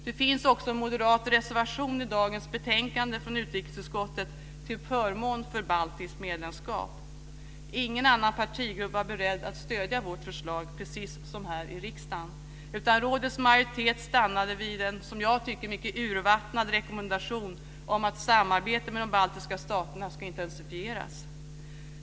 Det finns också en moderat reservation i dagens betänkande från utrikesutskottet till förmån för baltiskt medlemskap. Ingen annan partigrupp var beredd att stödja vårt förslag, precis som här i riksdagen. Rådets majoritet stannade vid en, som jag tycker, mycket urvattnad rekommendation om att samarbetet med de baltiska staterna ska intensifieras.